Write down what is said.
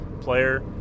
player